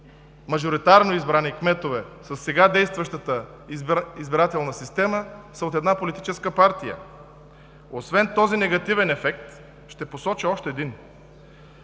мажоритарно избраните кметове със сега действащата избирателна система са от една политическа партия. Освен този негативен ефект, ще посоча и още един,